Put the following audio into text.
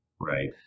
right